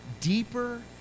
deeper